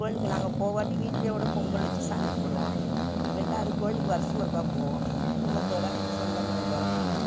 கோவிலுக்கு நாங்கள் போகாட்டி வீட்லேயே கூட பொங்கல் வெச்சு சாமி கும்பிடுவோம் ரெண்டாவது கோவிலுக்கு வர்ஸ்த்துக்கு ஒருக்கா போவோம் குடும்பத்தோடு சொந்தம் பந்தத்தோடு போய்